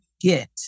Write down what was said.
get